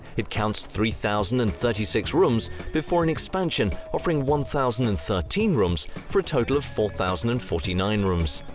it counts three thousand and thirty six rooms before an expansion offering one thousand and thirteen rooms for a total of four thousand and forty nine rooms.